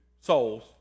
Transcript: souls